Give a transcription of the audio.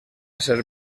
ser